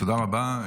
תודה רבה.